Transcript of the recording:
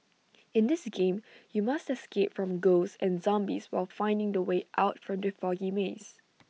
in this game you must escape from ghosts and zombies while finding the way out from the foggy maze